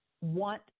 want